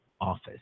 office